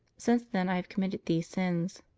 since then i have committed these sins.